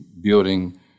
building